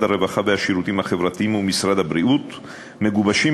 הרווחה והשירותים החברתיים ומשרד הבריאות מגובשים